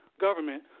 government